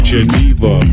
Geneva